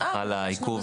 סליחה על העיכוב,